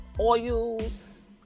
oils